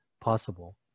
possible